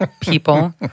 People